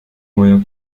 moyen